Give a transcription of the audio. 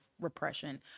repression